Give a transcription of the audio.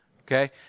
Okay